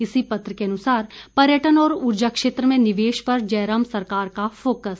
इसी पत्र के अनुसार पर्यटन और उर्जा क्षेत्र में निवेश पर जयराम सरकार का फोकस